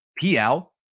PL